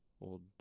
old